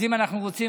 אז אם אנחנו רוצים,